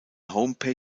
homepage